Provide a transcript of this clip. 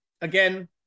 again